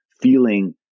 feeling